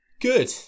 good